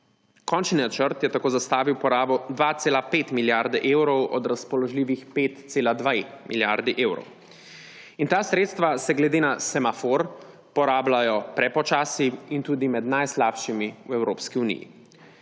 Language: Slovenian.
Končni načrt je tako zastavil uporabo 2,5 milijarde evrov od razpoložljivih 5,2 milijarde evrov in ta sredstva se glede na semafor porabljajo prepočasi in tudi med najslabšimi v Evropski uniji.